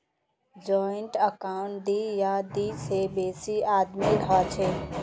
joint account दी या दी से बेसी आदमीर हछेक